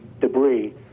debris